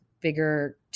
bigger